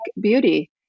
beauty